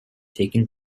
taken